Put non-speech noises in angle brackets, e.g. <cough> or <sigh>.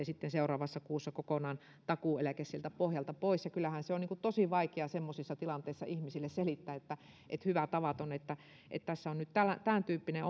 <unintelligible> sitten seuraavassa kuussa kokonaan takuueläke sieltä pohjalta pois kyllähän se on tosi vaikeaa semmoisissa tilanteissa ihmisille selittää että hyvä tavaton että että tässä on nyt tämäntyyppinen <unintelligible>